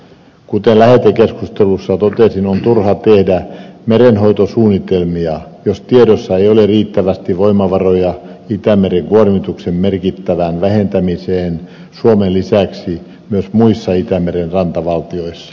kuten lähetekeskustelussa totesin on turha tehdä merenhoitosuunnitelmia jos tiedossa ei ole riittävästi voimavaroja itämeren kuormituksen merkittävään vähentämiseen suomen lisäksi myös muissa itämeren rantavaltioissa